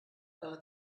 einer